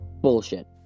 Bullshit